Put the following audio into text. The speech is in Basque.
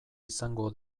izango